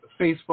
Facebook